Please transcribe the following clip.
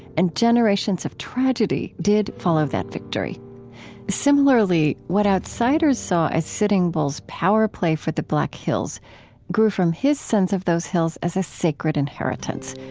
and generations of tragedy tragedy did follow that victory similarly, what outsiders saw as sitting bull's power play for the black hills grew from his sense of those hills as a sacred inheritance,